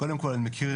קודם כל אני מכיר,